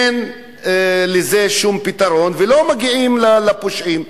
אין לזה שום פתרון ולא מגיעים לפושעים.